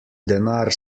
denar